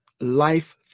Life